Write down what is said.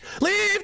Leave